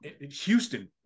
Houston